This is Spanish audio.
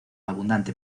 abundante